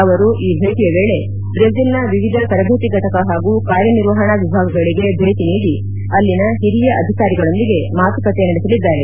ಅವರು ಈ ವೇಳೆ ಬ್ರೆಜಿಲ್ನ ವಿವಿಧ ತರಬೇತಿ ಫಟಕ ಹಾಗೂ ಕಾರ್ಯನಿರ್ವಹಣಾ ವಿಭಾಗಗಳಿಗೆ ಭೇಟಿ ನೀಡಿ ಅಳ್ಲಿನ ಹಿರಿಯ ಅಧಿಕಾರಿಗಳೊಂದಿಗೆ ಮಾತುಕತೆ ನಡೆಸಲಿದ್ದಾರೆ